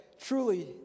truly